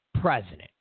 president